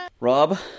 Rob